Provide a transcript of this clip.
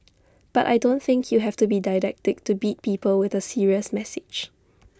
but I don't think you have to be didactic to beat people with A serious message